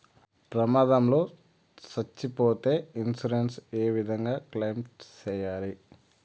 ప్రమాదం లో సచ్చిపోతే ఇన్సూరెన్సు ఏ విధంగా క్లెయిమ్ సేయాలి?